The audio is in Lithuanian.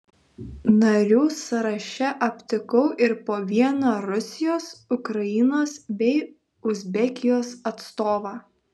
narių sąraše aptikau ir po vieną rusijos ukrainos bei uzbekijos atstovą